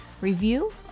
review